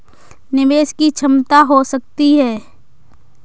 निवेश की क्षमता क्या हो सकती है?